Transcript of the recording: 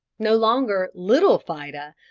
no longer little fida,